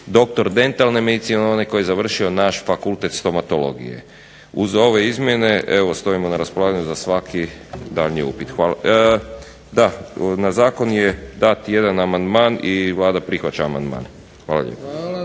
doktor dentalne medicine onaj koji je završio naš fakultet stomatologije. Uz ove izmjene evo stojimo na raspolaganju za svaki daljnji upit. Da, na zakon je dat jedan amandman i Vlada prihvaća amandman. Hvala lijepa.